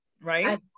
right